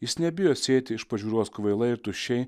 jis nebijo sėti iš pažiūros kvaila ir tuščiai